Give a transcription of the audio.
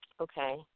Okay